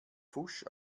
pfusch